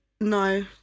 no